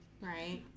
Right